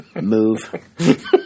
Move